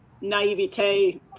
naivete